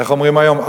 איך אומרים היום?